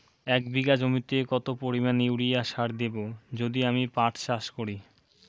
এক বিঘা জমিতে কত পরিমান ইউরিয়া সার দেব যদি আমি পাট চাষ করি?